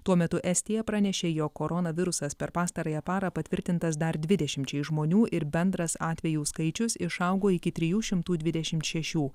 tuo metu estija pranešė jog korona virusas per pastarąją parą patvirtintas dar dvidešimčiai žmonių ir bendras atvejų skaičius išaugo iki trijų šimtų dvidešimt šešių